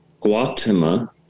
Guatemala